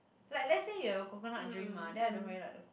like let's say have a coconut drink mah then I don't really like the